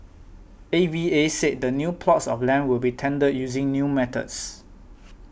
A V A said the new plots of land will be tendered using new methods